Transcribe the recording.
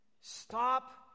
Stop